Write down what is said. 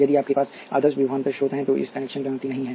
यदि आपके पास आदर्श विभवांतर स्रोत हैं तो इस कनेक्शन की अनुमति नहीं है